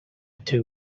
two